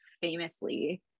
famously